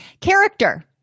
Character